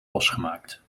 losgemaakt